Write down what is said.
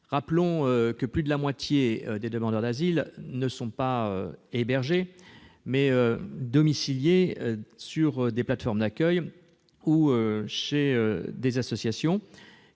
Rappelons que plus de la moitié des demandeurs d'asile n'ont pas hébergement ; ils sont domiciliés dans des plateformes d'accueil ou chez des associations,